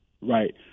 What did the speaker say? Right